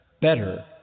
better